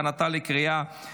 בעד, 13, נגד, שניים.